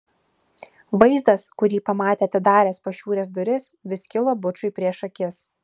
vaizdas kurį pamatė atidaręs pašiūrės duris vis kilo bučui prieš akis